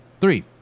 Three